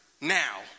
now